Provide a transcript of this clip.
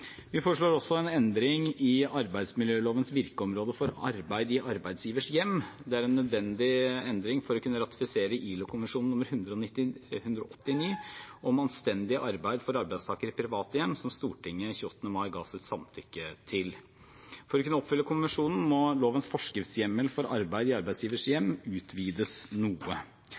Vi foreslår også en endring i arbeidsmiljølovens virkeområde for arbeid i arbeidsgivers hjem. Det er en nødvendig endring for å kunne ratifisere ILO-konvensjon nr. 189 om anstendig arbeid for arbeidstakere i private hjem, som Stortinget 28. mai ga sitt samtykke til. For å kunne oppfylle konvensjonen må lovens forskriftshjemmel for arbeid i arbeidsgivers hjem utvides noe.